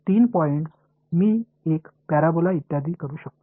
तीन पॉईंट्स मी एक पॅराबोला इत्यादी करू शकतो